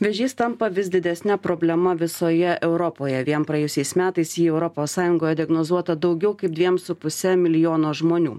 vėžys tampa vis didesne problema visoje europoje vien praėjusiais metais į europos sąjungoje diagnozuota daugiau kaip dviem su puse milijono žmonių